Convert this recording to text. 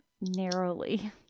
narrowly